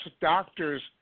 doctors